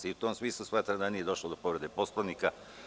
U tom smislu smatram da nije došlo do povrede Poslovnika.